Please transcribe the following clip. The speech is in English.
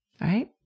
Right